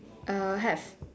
err have